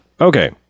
Okay